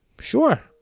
Sure